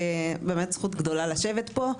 באמת זכות גדולה לשבת פה,